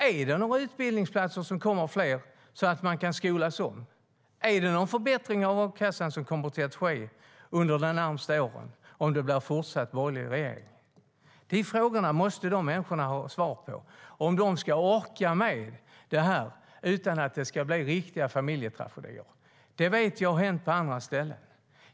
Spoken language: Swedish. Är det några fler utbildningsplatser som kommer så att de kan skolas om? Är det någon förbättring av a-kassan som kommer att ske under de närmaste åren om det blir fortsatt borgerlig regering? De här frågorna måste dessa människor få svar på om de ska orka med detta utan att det blir riktiga familjetragedier. Det har hänt på andra ställen.